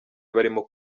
barimo